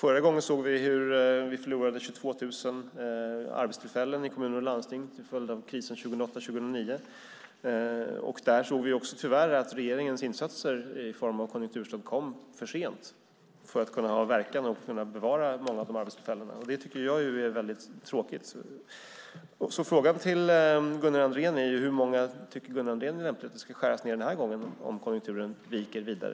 Vi såg hur vi förlorade 22 000 arbetstillfällen i kommuner och landsting till följd av krisen 2008-2009. Då såg vi också tyvärr att regeringens insatser i form av konjunkturstöd kom för sent för att kunna ha verkan och för att man skulle kunna bevara många av de arbetstillfällena. Det tycker jag är väldigt tråkigt. Frågan till Gunnar Andrén är: Hur mycket tycker Gunnar Andrén att det är lämpligt att man skär ned den här gången, om konjunkturen viker vidare?